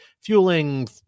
fueling